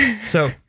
So-